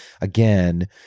again